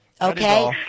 Okay